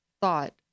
thought